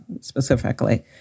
specifically